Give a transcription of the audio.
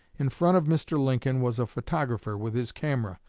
in front of mr. lincoln was a photographer with his camera,